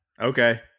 Okay